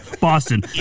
Boston